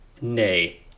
Nay